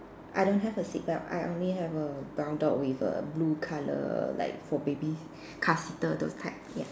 I don't have a seat belt I only have a brown dog with a blue colour like for baby car seater those type ya